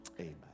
Amen